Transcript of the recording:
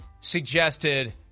suggested